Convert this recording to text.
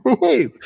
Hey